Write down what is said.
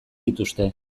dituzte